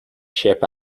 chip